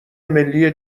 ملی